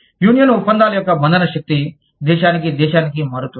union ఒప్పందాల యొక్క బంధన శక్తి దేశానికి దేశానికి మారుతుంది